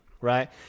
right